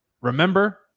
remember